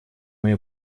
моей